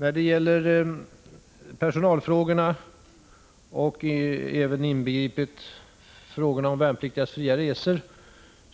När det gäller personalfrågorna, inbegripet frågan om de värnpliktigas fria resor,